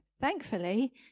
Thankfully